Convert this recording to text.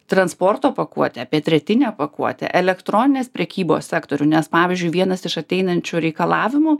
transporto pakuotę petretinę pakuotę elektroninės prekybos sektorių nes pavyzdžiui vienas iš ateinančių reikalavimų